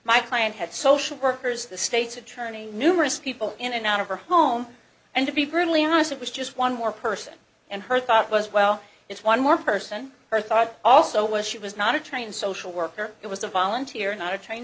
my client had social workers the state's attorney numerous people in and out of her home and to be brutally honest it was just one more person and her thought was well it's one more person her thought also was she was not a trained social worker it was a volunteer not a train